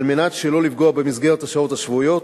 על מנת שלא לפגוע במסגרת השעות השבועיות,